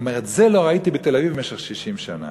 הוא אמר, את זה לא ראיתי בתל-אביב במשך 60 שנה.